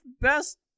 best